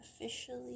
officially